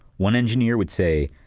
one engineer would say,